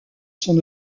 son